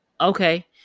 Okay